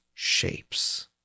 Shapes